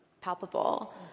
palpable